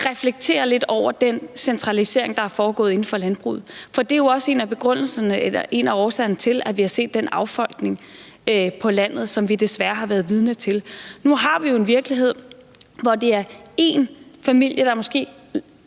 reflekterer lidt over den centralisering, der er foregået inden for landbruget, for det er jo også en af årsagerne til, at vi har set den affolkning på landet, som vi desværre har været vidner til. Nu har vi en virkelighed, hvor det måske er én familie, der ejer